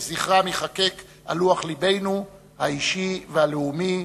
שזכרם ייחקק על לוח לבנו האישי והלאומי.